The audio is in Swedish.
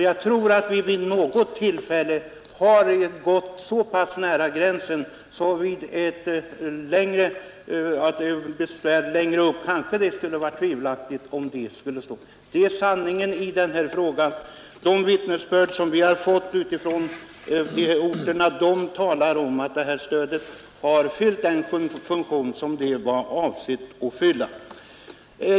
Jag tror att vi vid något tillfälle har gätt sa pass nära gränsen att det vid besvär längre upp är tvivelaktigt om vårt beslut skulle ha stått sig Det är sanningen i denna fråga. De virtnesbörd vi fått ute från orterna talar om att detta stöd fyllt den funktion det var avsett att fylla.